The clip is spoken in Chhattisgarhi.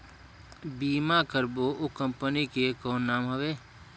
बीमा करबो ओ कंपनी के कौन नाम हवे?